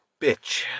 bitch